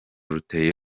ruteye